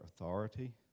authority